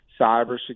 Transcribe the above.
cybersecurity